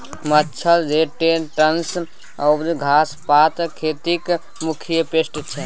मच्छर, रोडेन्ट्स आ घास पात खेतीक मुख्य पेस्ट छै